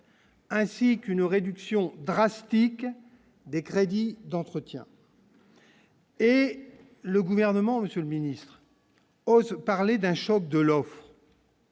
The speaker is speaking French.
ainsi qu'une réduction drastique des crédits d'entretien. Et le gouvernement, Monsieur le Ministre, hausse parlé d'un choc de l'homme.